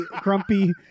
grumpy